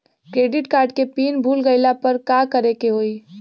Credit card के PIN भूल गईला पर का करे के होई?